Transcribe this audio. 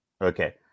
Okay